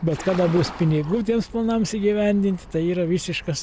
bet kada bus pinigų tiems planams įgyvendinti tai yra visiškas